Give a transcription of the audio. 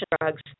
drugs